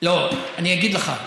לא, אני אגיד לך,